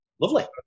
Lovely